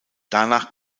danach